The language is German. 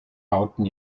bauten